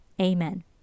amen